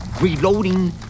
reloading